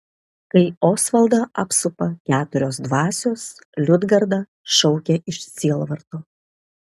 kai osvaldą apsupa keturios dvasios liudgarda šaukia iš sielvarto